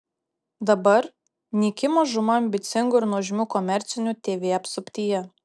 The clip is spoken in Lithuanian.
dabar nyki mažuma ambicingų ir nuožmių komercinių tv apsuptyje